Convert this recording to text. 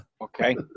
Okay